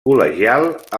col·legial